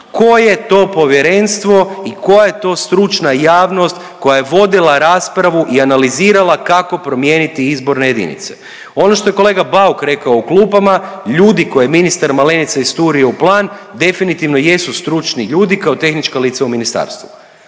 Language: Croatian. tko je to povjerenstvo i koja je to stručna javnost koja je vodila raspravu i analizirala kako promijeniti izborne jedinice? Ono što je kolega Bauk rekao u klupama, ljudi koje ministar Malenica isturio u plan definitivno jesu stručni ljudi kao tehnička lista u ministarstvu,